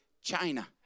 China